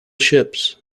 ships